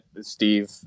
Steve